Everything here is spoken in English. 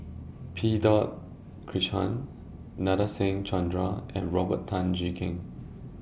P Krishnan Nadasen Chandra and Robert Tan Jee Keng